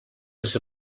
les